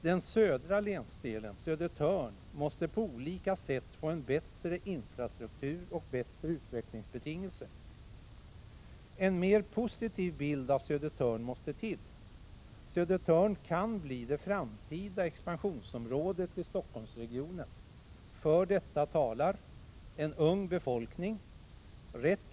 Den södra länsdelen, Södertörn, måste på olika sätt få en bättre infrastruktur och bättre utvecklingsbetingelser. En mer positiv bild av Södertörn måste till. Södertörn kan bli det framtida — Prot. 1986/87:65 expansionsområdet i Stockholmsregionen.